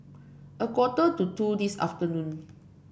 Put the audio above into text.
a quarter to two this afternoon